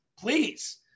please